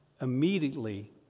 Immediately